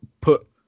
put